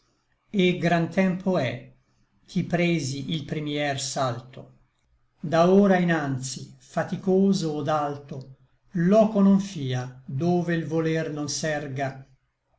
et gran tempo è ch'i presi il primier salto da ora inanzi faticoso od alto loco non fia dove l voler non s'erga